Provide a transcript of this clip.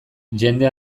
jende